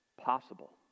possible